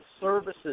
services